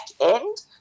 end